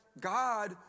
God